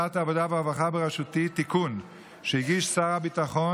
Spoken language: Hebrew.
ועדת העבודה והרווחה בראשותי אישרה תיקון שהגיש שר הביטחון